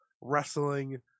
wrestling